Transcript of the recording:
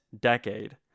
decade